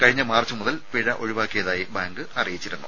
കഴിഞ്ഞ മാർച്ച് മുതൽ പിഴ ഒഴിവാക്കിയതായി ബാങ്ക് അറിയിച്ചിരുന്നു